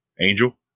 Angel